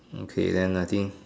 okay then I think